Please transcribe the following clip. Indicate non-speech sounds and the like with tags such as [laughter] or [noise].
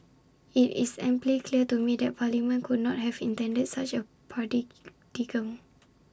IT is amply clear to me that parliament could not have intended such A [unintelligible]